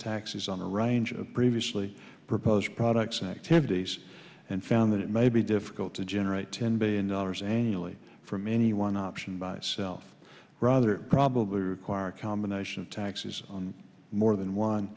taxes on a range of previously proposed products activities and found that it may be difficult to generate ten billion dollars annually from any one option by itself rather probably require a combination of taxes on more than